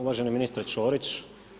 Uvaženi ministre Ćorić.